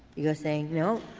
you're saying, no,